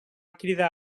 cridar